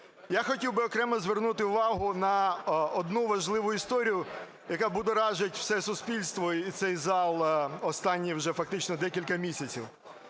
Я хотів би окремо звернути увагу на одну важливу історію, яка будоражить все суспільство і цей зал останні вже, фактично, декілька місяців.